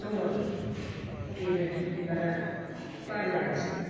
दङ बेबो बिबारा बारला गासिनो